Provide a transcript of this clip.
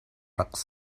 rak